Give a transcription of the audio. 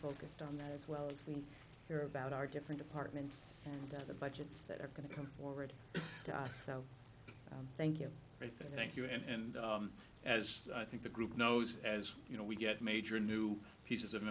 focused on that as well as we hear about our different apartments and the budgets that are going to come forward to us so thank you i thank you and as i think the group knows as you know we get major new pieces of